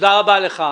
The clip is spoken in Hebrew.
תודה רבה לך.